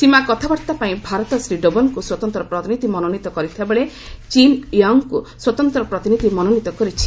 ସୀମା କଥାବାର୍ତ୍ତା ପାଇଁ ଭାରତ ଶ୍ରୀ ଡୋବାଲ୍ଙ୍କୁ ସ୍ୱତନ୍ତ ପ୍ରତିନିଧି ମନୋନୀତ କରିଥିବାବେଳେ ଚୀନ୍ ୱାଙ୍ଗ୍ଙ୍କୁ ସ୍ୱତନ୍ତ୍ର ପ୍ରତିନିଧି ମନୋନୀତ କରିଛି